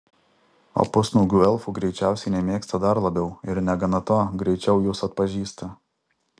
o pusnuogių elfų greičiausiai nemėgsta dar labiau ir negana to greičiau juos atpažįsta